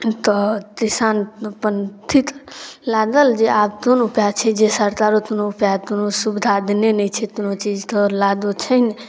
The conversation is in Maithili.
तऽ किसान अपन ठीक लागल जे आब कोन उपाय छै जै सरकारो कोनो उपाय कोनो सुविधा देने नहि छै कोनो चीजके लाभो छै नहि